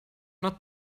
not